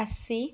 अस्सी